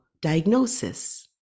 diagnosis